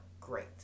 great